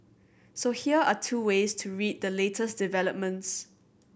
so here are two ways to read the latest developments